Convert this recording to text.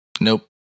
Nope